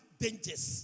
dangers